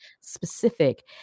specific